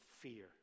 fear